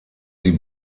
sie